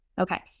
Okay